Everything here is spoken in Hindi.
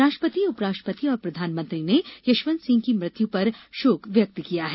राष्ट्रीपति उपराष्ट्र्पति और प्रधानमंत्री ने जसवंत सिंह की मृत्यु पर शोक व्यक्त किया है